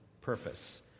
purpose